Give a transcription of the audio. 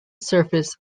surface